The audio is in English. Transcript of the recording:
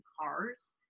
cars